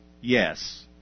Yes